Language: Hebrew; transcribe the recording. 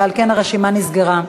ועל כן הרשימה נסגרה.